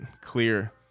clear